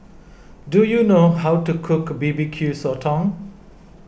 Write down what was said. do you know how to cook B B Q Sotong